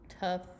tough